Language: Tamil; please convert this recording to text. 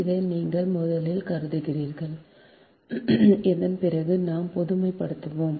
இதை நீங்கள் முதலில் கருதினீர்கள் அதன் பிறகு நாம் பொதுமைப்படுத்துவோம்